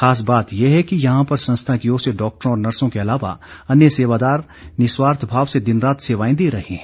खास बात यह है कि यहां पर संस्था की ओर से डॉक्टरों और नर्सों के अलावा अन्य सेवादार निस्वार्थ भाव से दिन रात सेवाएं दे रहे हैं